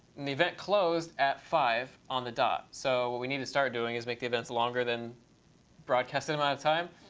and the event closed at five zero on the dot. so what we need to start doing is, make the events longer than broadcasting amount of time.